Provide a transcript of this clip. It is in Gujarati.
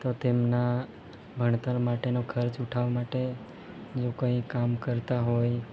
તો તેમના ભણતર માટેનો ખર્ચ ઉઠાવા માટેનું કંઈ કામ કરતાં હોય